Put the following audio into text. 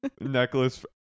necklace